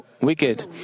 wicked